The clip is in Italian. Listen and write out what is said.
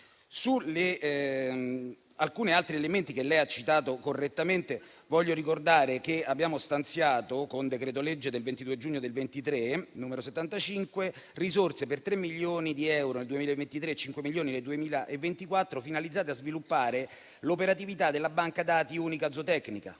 altri elementi che lei ha citato correttamente, voglio ricordare che abbiamo stanziato con decreto-legge 22 giugno 2023, n. 75, risorse per 3 milioni di euro nel 2023 e 5 milioni nel 2024, finalizzate a sviluppare l'operatività della banca dati unica zootecnica,